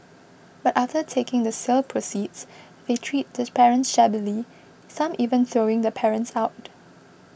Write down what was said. but after taking the sale proceeds they treat this parents shabbily some even throwing the parents out